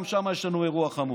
גם שם יש לנו אירוע חמור.